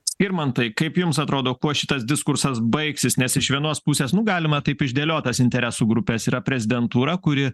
skirmantai kaip jums atrodo kuo šitas diskursas baigsis nes iš vienos pusės galima taip išdėliot tas interesų grupes yra prezidentūra kuri